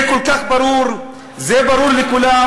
זה כל כך ברור, זה ברור לכולם.